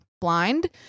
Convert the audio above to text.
blind